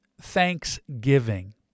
Thanksgiving